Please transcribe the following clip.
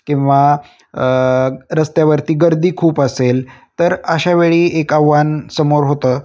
किंवा रस्त्यावरती गर्दी खूप असेल तर अशा वेळी एक आव्हान समोर होतं